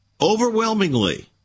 overwhelmingly